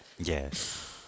Yes